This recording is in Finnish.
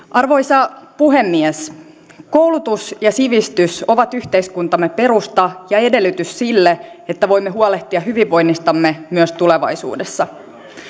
arvoisa puhemies koulutus ja sivistys ovat yhteiskuntamme perusta ja edellytys sille että voimme huolehtia hyvinvoinnistamme myös tulevaisuudessa